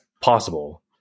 possible